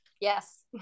yes